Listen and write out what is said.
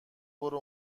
برو